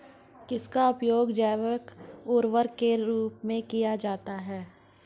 किसका उपयोग जैव उर्वरक के रूप में किया जाता है?